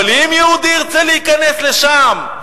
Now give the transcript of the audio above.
אבל אם יהודי ירצה להיכנס לשם,